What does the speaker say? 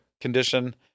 condition